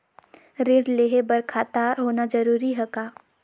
ऋण लेहे बर खाता होना जरूरी ह का?